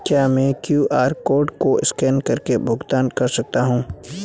क्या मैं QR code को स्कैन करके भुगतान कर सकता हूं?